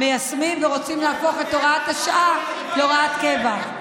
מיישמים ורוצים להפוך את הוראת השעה להוראת קבע.